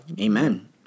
amen